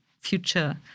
future